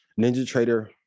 NinjaTrader